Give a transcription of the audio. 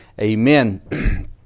amen